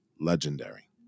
legendary